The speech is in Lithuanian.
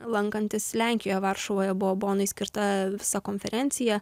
lankantis lenkijoje varšuvoje buvo bonai skirta visa konferencija